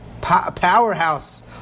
powerhouse